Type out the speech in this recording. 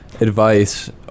advice